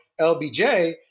LBJ